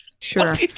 Sure